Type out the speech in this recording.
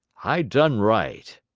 i done right.